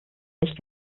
nicht